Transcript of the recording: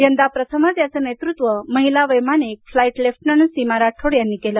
यंदा प्रथमच याचं नेतृत्व महिला वैमानिक फ्लाईट लेफ्टनंट सीमा राठोड यांनी केलं